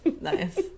Nice